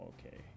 Okay